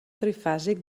trifàsic